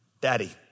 daddy